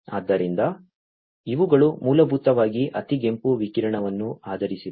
ಆದ್ದರಿಂದ ಇವುಗಳು ಮೂಲಭೂತವಾಗಿ ಅತಿಗೆಂಪು ವಿಕಿರಣವನ್ನು ಆಧರಿಸಿವೆ